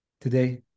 Today